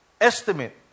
estimate